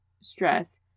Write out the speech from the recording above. stress